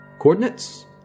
Coordinates